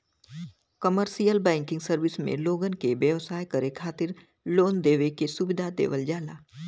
commercial banking service में लोगन के व्यवसाय करे खातिर लोन देवे के सुविधा देवल जाला